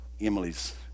Emily's